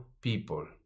people